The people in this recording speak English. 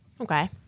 Okay